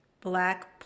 Black